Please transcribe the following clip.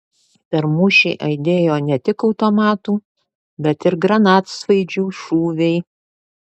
per mūšį aidėjo ne tik automatų bet ir granatsvaidžių šūviai